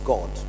God